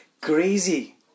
crazy